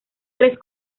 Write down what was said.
tres